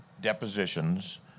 depositions